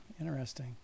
interesting